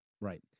Right